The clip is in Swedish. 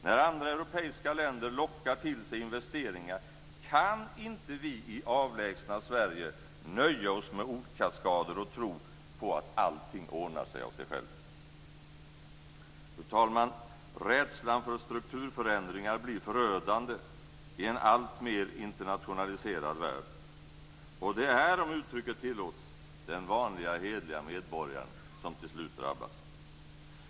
När andra europeiska länder lockar till sig investeringar kan inte vi i avlägsna Sverige nöja oss med ordkaskader och tro på att allting ordnar sig av sig självt. Fru talman! Rädslan för strukturförändringar blir förödande i en alltmer internationaliserad värld. Och det är, om uttrycket tillåts, den vanliga hederliga medborgaren som till slut drabbas.